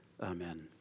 amen